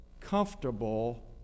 comfortable